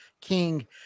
King